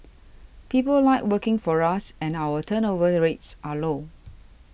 people like working for us and our turnover rates are low